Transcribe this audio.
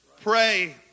Pray